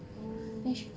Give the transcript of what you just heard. oo